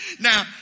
now